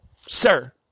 sir